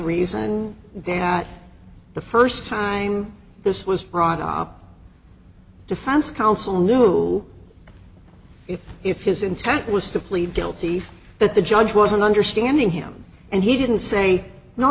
reason that the first time this was brought up defense counsel knew if his intent was to plead guilty but the judge wasn't understanding him and he didn't say no